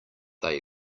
they